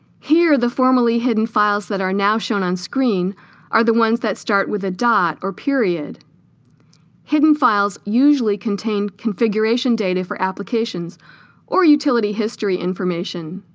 here the formerly hidden files that are now shown on-screen are the ones that start with a dot or period hidden files usually contain configuration data for applications or utility history information